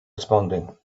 responding